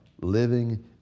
living